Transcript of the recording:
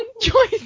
choice